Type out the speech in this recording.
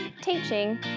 teaching